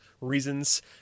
reasons